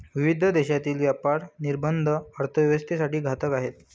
विविध देशांतील व्यापार निर्बंध अर्थव्यवस्थेसाठी घातक आहेत